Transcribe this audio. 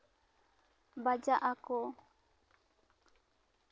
ᱵᱟᱡᱟᱜ ᱟᱠᱚ